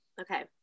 okay